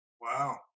Wow